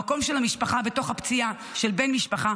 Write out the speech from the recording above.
המקום של המשפחה בתוך הפציעה של בן משפחה